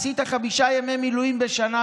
עשית חמישה ימי מילואים בשנה,